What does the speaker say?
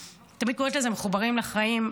אני תמיד קוראת לזה "מחוברים לחיים".